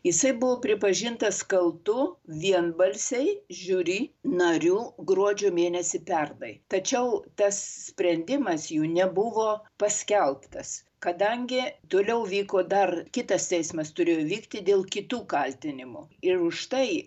jisai buvo pripažintas kaltu vienbalsiai žiuri narių gruodžio mėnesį pernai tačiau tas sprendimas jų nebuvo paskelbtas kadangi toliau vyko dar kitas teismas turėjo įvykti dėl kitų kaltinimų ir už tai